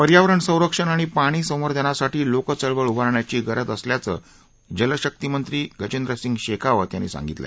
पर्यावरण संरक्षण आणि पाणी संवर्धनासाठी लोकचळवळ उभारण्याची गरज असल्याचं जलशक्ती मंत्री गजेंद्र सिंग शेखावत यांनी सांगितलं